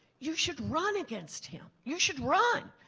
you should run against him. you should run,